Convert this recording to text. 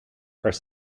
are